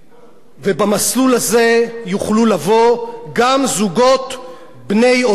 ובמסלול הזה יוכלו לבוא גם זוגות בני אותו מין.